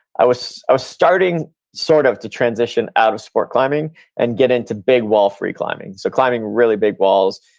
i was ah starting sort of to transition out of sport climbing and get into big wall free climbing, so climbing really big walls,